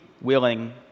willing